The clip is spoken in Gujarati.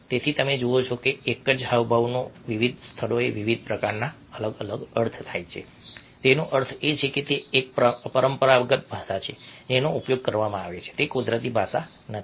તેથી તમે જુઓ છો કે એક જ હાવભાવનો વિવિધ સ્થળોએ વિવિધ પ્રકારના અર્થ થાય છે તેનો અર્થ એ છે કે તે એક પરંપરાગત ભાષા છે જેનો ઉપયોગ કરવામાં આવે છે તે કુદરતી ભાષા નથી